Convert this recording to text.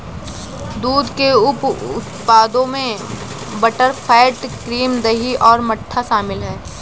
दूध के उप उत्पादों में बटरफैट, क्रीम, दही और मट्ठा शामिल हैं